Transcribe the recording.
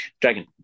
Dragon